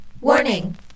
Warning